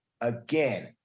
Again